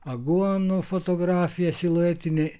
aguonų fotografija siluetinė